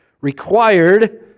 required